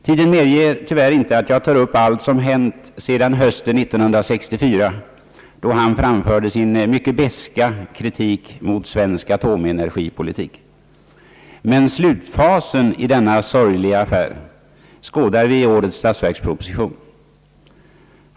Tiden medger tyvärr inte att jag tar upp allt som hänt sedan hösten 1964, då han framförde sin mycket beska kritik mot svensk atomenergipolitik, Slutfasen i denna sorgliga affär skådar vi i årets statsverksproposition.